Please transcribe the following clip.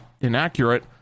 inaccurate